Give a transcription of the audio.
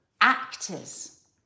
actors